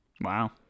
Wow